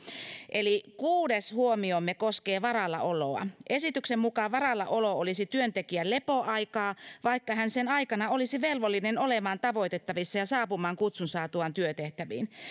eli kuudes huomiomme koskee varallaoloa esityksen mukaan varallaolo olisi työntekijän lepoaikaa vaikka hän sen aikana olisi velvollinen olemaan tavoitettavissa ja saapumaan kutsun saatuaan työtehtäviin